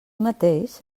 mateix